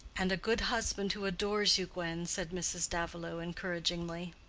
and a good husband who adores you, gwen, said mrs. davilow, encouragingly.